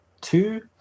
two